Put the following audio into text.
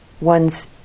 one's